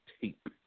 tape